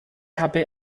habe